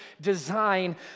design